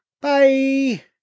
Bye